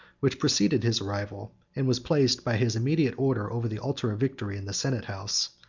which preceded his arrival, and was placed by his immediate order over the altar of victory in the senate house,